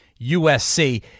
USC